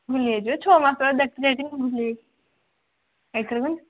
ଭୁଲିଯାଇଛି ବା ଏ ଛଅମାସ ତଳେ ଦେଖ୍ତେ ଯାଇଥିନି ଭୁଲି ଏଇଥରକ